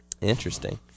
Interesting